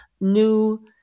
new